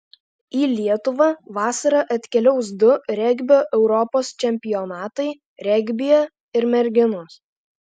į lietuvą vasarą atkeliaus du regbio europos čempionatai regbyje ir merginos